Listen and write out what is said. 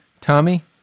Tommy